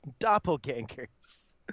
doppelgangers